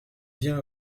bien